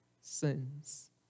sins